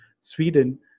Sweden